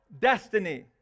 destiny